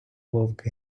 вовк